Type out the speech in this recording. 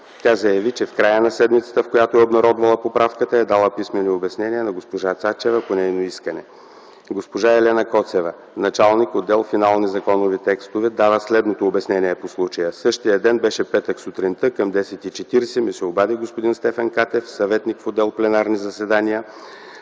Тя заяви, че в края на седмицата, в която е обнародвана поправката, е дала писмени обяснения на госпожа Цецка Цачева по нейно искане. Госпожа Елена Коцева - началник отдел „Финални законови текстове”, дава следното обяснение по случая: „Същия ден, беше петък, сутринта към 10.40 ч. ми се обади господин Стефан Катев - съветник в отдел „Пленарни заседания”,